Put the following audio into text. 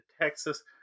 Texas